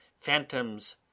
Phantoms